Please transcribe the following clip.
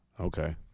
Okay